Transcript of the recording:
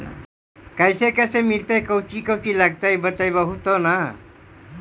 कैसे मिलतय कौची कौची लगतय बतैबहू तो न?